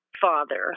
father